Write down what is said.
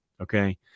Okay